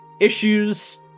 issues